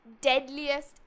deadliest